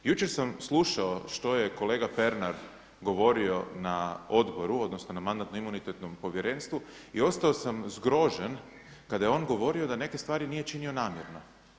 Jučer sam slušao što je kolega Pernar govorio na Odboru, odnosno na Mandatno-imunitetnom povjerenstvu i ostao sam zgrožen kada je on govorio da neke stvari nije činio namjerno.